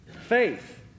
faith